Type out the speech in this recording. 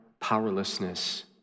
powerlessness